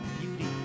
beauty